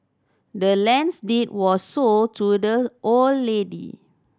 the land's deed was sold to the old lady